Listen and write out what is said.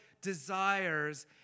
desires